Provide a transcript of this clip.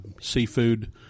seafood